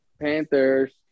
Panthers